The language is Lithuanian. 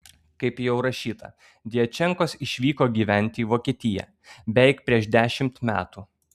kaip jau rašyta djačenkos išvyko gyventi į vokietiją beveik prieš dešimt metų